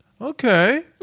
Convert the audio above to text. Okay